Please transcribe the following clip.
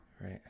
right